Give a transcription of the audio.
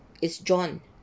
it's john